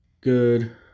Good